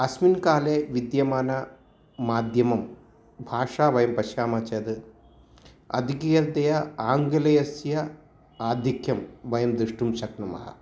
अस्मिन्काले विद्यमाना माध्यमभाषा वयं पश्यामः चेद् अधिकतया आङ्ग्लीयस्य आधिक्यं वयं दृष्टुं शक्नुमः